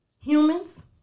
humans